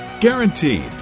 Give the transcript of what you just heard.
Guaranteed